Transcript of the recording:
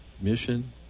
mission